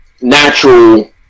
natural